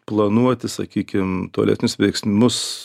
planuoti sakykim tolesnius veiksmus